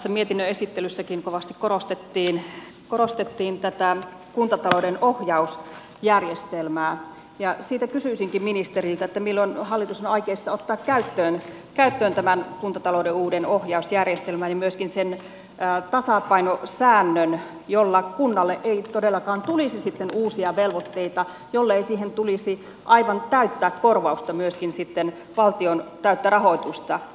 tuossa mietinnön esittelyssäkin kovasti korostettiin tätä kuntatalouden ohjausjärjestelmää ja kysyisinkin ministeriltä milloin hallitus on aikeissa ottaa käyttöön tämän kuntatalouden uuden ohjausjärjestelmän ja myöskin sen tasapainosäännön jolla kunnalle ei todellakaan tulisi sitten uusia velvoitteita jollei siihen tulisi aivan täyttä korvausta myöskin valtion täyttä rahoitusta